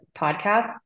podcast